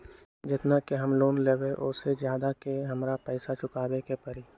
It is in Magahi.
जेतना के हम लोन लेबई ओ से ज्यादा के हमरा पैसा चुकाबे के परी?